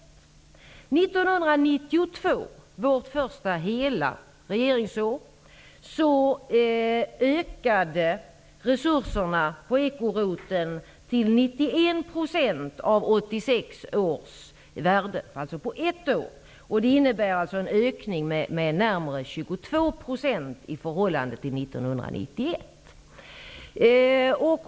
1992, vårt första hela regeringsår, ökade resurserna på ekoroteln till 91 % av 1986 års värde. Detta skedde alltså under ett år och innebär en ökning med närmare 22 % i förhållande till vad som gällde 1991.